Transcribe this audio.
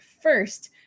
first